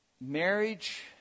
marriage